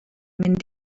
mynd